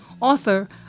author